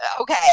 Okay